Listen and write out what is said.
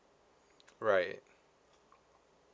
right